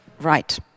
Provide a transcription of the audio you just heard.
right